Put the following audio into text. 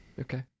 Okay